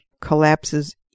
collapses